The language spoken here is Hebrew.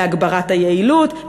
להגברת היעילות,